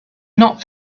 not